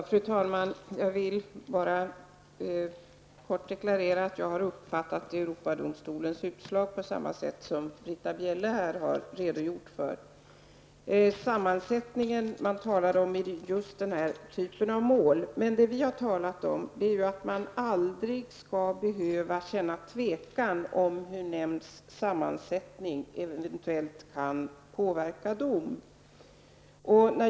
Fru talman! Jag vill bara kort deklarera att jag har uppfattat Europadomstolens utslag på samma sätt som Britta Bjelle här har redogjort för. Vad man uttalar sig om är sammansättningen i den här typen av mål. Vad vi har utgått ifrån är att man aldrig skall behöva känna tvekan om hur en nämnds sammansättning eventuellt kan påverka domen.